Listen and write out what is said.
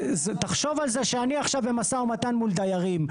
תחשוב על זה שאני עכשיו במשא ומתן מול דיירים.